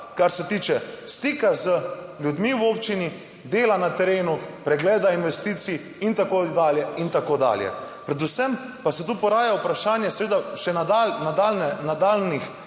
kar se tiče stika z ljudmi v občini, dela na terenu, pregleda investicij in tako dalje in tako dalje. Predvsem pa se tu poraja vprašanje seveda še nadalj...,